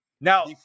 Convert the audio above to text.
now